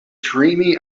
dreamy